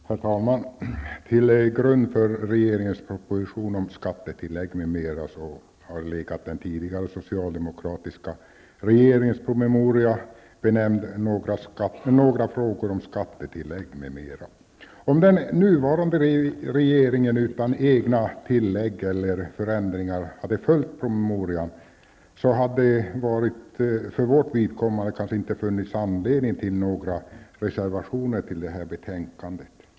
Herr talman! Till grund för regeringens proposition om skattetillägg m.m. har legat den tidigare socialdemokratiska regeringens promemoria benämnd Några frågor om skattetillägg m.m. Om den nuvarande regeringen utan egna tillägg eller förändringar hade följt promemorian, hade det för vårt vidkommande kanske inte funnits anledning foga några reservationer till detta betänkande.